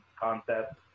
concepts